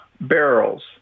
barrels